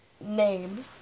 name